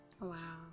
wow